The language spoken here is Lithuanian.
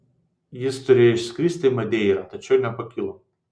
jis turėjo išskristi į madeirą tačiau nepakilo